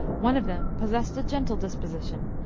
one of them pos sessed a gentle disposition,